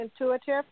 intuitive